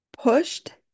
pushed